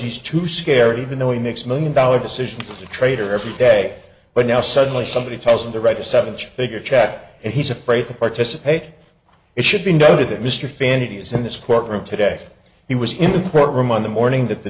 he's too scared even though he makes million dollar decisions a traitor every day but now suddenly somebody tells him to write a seventh figure check and he's afraid to participate it should be noted that mr fandy is in this courtroom today he was in the courtroom on the morning that the